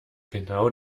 genau